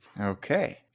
Okay